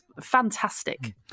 fantastic